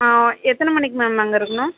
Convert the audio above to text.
எத்தனை மணிக்கு மேம் அங்கே இருக்கணும்